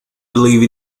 believe